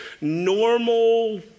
normal